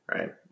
Right